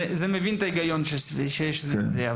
אני מבין את ההיגיון שיש בזה.